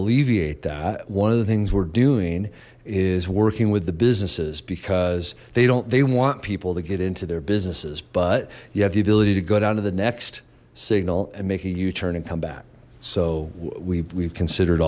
alleviate that one of the things we're doing is working with the businesses because they don't they want people to get into their businesses but you have the ability to go down to the next signal and make a u turn and come back so we've considered